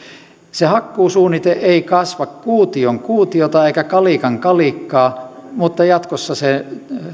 se hakkuusuunnite ei kasva kuution kuutiota eikä kalikan kalikkaa mutta jatkossa se